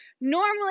normally